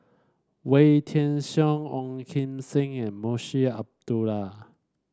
Wee Tian Siak Ong Kim Seng and Munshi Abdullah